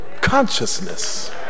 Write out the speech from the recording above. consciousness